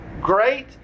great